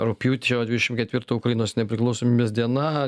rugpjūčio dvidešimt ketvirtą ukrainos nepriklausomybės diena